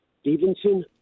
Stevenson